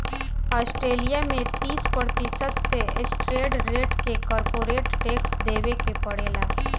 Australia में तीस प्रतिशत के स्टैंडर्ड रेट से कॉरपोरेट टैक्स देबे के पड़ेला